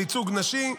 של ייצוג נשי.